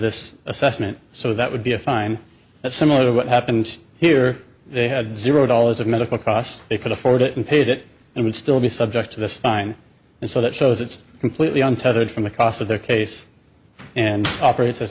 this assessment so that would be a fine that's similar to what happened here they had zero dollars of medical costs they could afford it and paid it and would still be subject to this time and so that shows it's completely untethered from the cost of their case and operates as